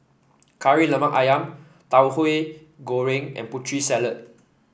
Kari Lemak ayam Tauhu Goreng and Putri Salad